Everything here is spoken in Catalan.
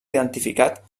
identificat